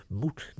moet